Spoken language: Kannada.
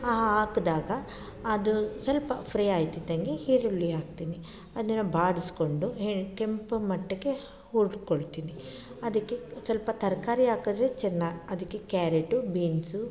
ಹಾಕಿದಾಗ ಅದು ಸ್ವಲ್ಪ ಫ್ರೈ ಆಗ್ತಿದ್ದಂಗೆ ಈರುಳ್ಳಿ ಹಾಕ್ತೀನಿ ಅದನ್ನು ಬಾಡಿಸ್ಕೊಂಡು ಹೇ ಕೆಂಪು ಮಟ್ಟಕ್ಕೆ ಹುರಿಸ್ಕೊಳ್ತೀನಿ ಅದಕ್ಕೆ ಸ್ವಲ್ಪ ತರಕಾರಿ ಹಾಕಿದ್ರೆ ಚೆನ್ನ ಅದಕ್ಕೆ ಕ್ಯಾರೆಟು ಬೀನ್ಸು